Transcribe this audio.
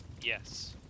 Yes